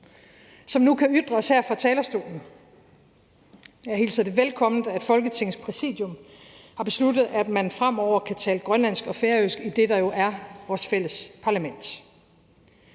som nu kan ytres her fra talerstolen. Jeg hilser det velkommen, at Folketingets Præsidium har besluttet, at man fremover kan tale grønlandsk og færøsk i det, der jo er vores fælles parlament.